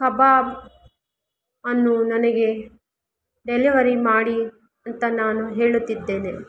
ಕಬಾಬ್ ಅನ್ನು ನನಗೆ ಡೆಲವರಿ ಮಾಡಿ ಅಂತ ನಾನು ಹೇಳುತ್ತಿದ್ದೇನೆ